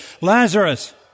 Lazarus